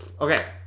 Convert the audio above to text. okay